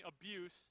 abuse